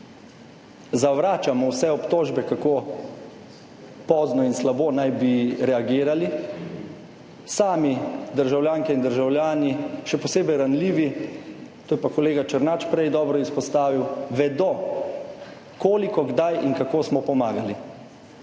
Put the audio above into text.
zavračamo vse obtožbe, kako pozno in slabo naj bi reagirali. Same državljanke in državljani, še posebej ranljivi, to je pa kolega Černač prej dobro izpostavil, vedo, koliko, kdaj in kako smo pomagali